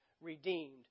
redeemed